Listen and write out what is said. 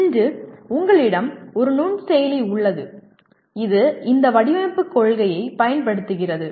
இன்று உங்களிடம் ஒரு நுண்செயலி உள்ளது இது இந்த வடிவமைப்புக் கொள்கையைப் பயன்படுத்துகிறது